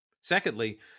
Secondly